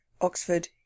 Oxford